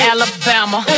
Alabama